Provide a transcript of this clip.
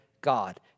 God